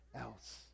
else